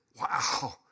Wow